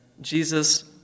Jesus